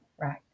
Right